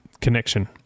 connection